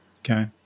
Okay